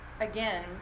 again